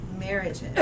marriages